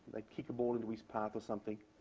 they'd kick a ball into his path or something.